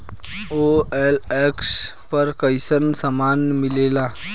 OLX पर कइसन सामान मीलेला?